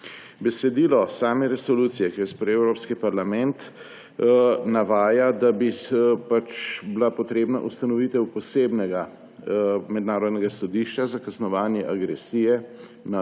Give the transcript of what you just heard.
Besedilo same resolucije, ki jo je sprejel Evropski parlament, navaja, da bi bila potrebna ustanovitev posebnega mednarodnega sodišča za kaznovanje agresije nad